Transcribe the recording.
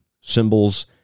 symbols